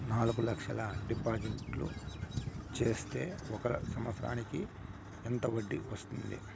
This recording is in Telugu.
నాలుగు లక్షల డిపాజిట్లు సేస్తే ఒక సంవత్సరానికి ఎంత వడ్డీ వస్తుంది?